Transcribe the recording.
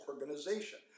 organization